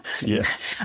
yes